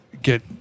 get